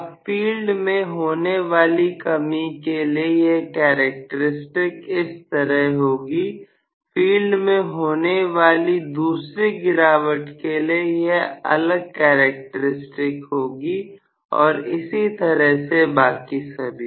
अब फील्ड में होने वाली कमी के लिए यह कैरेक्टर स्टिक इस तरह होगी फील्ड में होने वाली दूसरी गिरावट के लिए यह अलग करैक्टर स्टिक होगी और इसी तरह से बाकी सभी